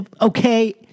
okay